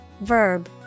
Verb